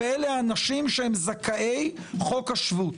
ואלה אנשים שהם זכאי חוק השבות.